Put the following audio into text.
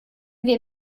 wir